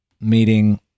meeting